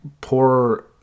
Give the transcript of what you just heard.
poor